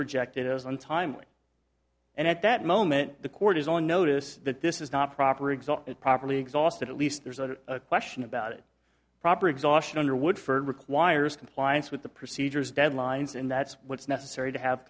rejected as untimely and at that moment the court is on notice that this is not proper exult it properly exhausted at least there's a question about it proper exhaustion underwood for requires compliance with the procedures deadlines and that's what's necessary to have